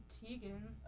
Tegan